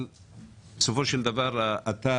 אבל בסופו של דבר אתה,